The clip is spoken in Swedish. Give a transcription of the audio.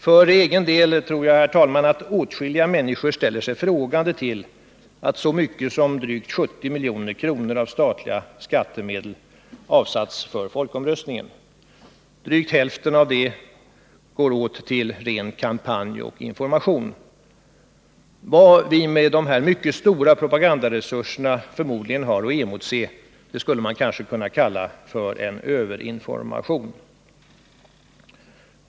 För egen del tror jag, herr talman, att åtskilliga människor ställer sig frågande till att så mycket som drygt 70 milj.kr. av statliga skattemedel har avsatts till folkomröstningen. Drygt hälften av detta belopp går åt till ren kampanj och information. Vad vi med dessa stora propagandaresurser förmodligen har att emotse skulle kanske kunna kallas för en ”överinformation”.